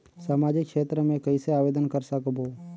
समाजिक क्षेत्र मे कइसे आवेदन कर सकबो?